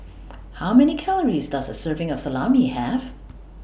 How Many Calories Does A Serving of Salami Have